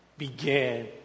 Began